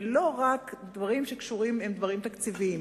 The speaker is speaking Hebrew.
ולא רק דברים שקשורים לתקציבים.